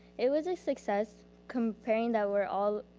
it was a success comparing that we're all,